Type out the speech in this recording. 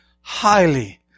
highly